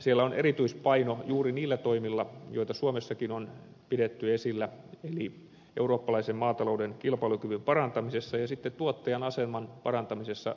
siellä on erityispaino juuri niillä toimilla joita suomessakin on pidetty esillä eli eurooppalaisen maatalouden kilpailukyvyn parantamisessa ja sitten tuottajan aseman parantamisessa elintarvikeketjussa